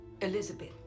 Elizabeth